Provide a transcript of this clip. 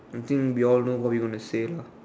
I think we all know what we gonna say lah